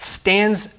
stands